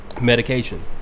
medication